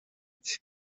cye